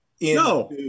No